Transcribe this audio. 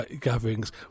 gatherings